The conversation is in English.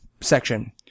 section